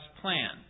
plan